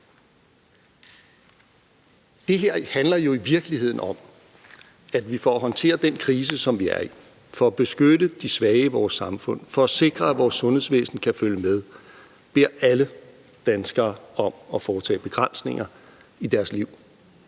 Det her handler jo i virkeligheden om, at vi for at håndtere den krise, som vi er i, for at beskytte de svage i vores samfund og for at sikre, at vores sundhedsvæsen kan følge med, beder alle danskere om at foretage begrænsninger i deres liv,